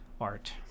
art